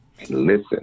listen